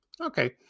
Okay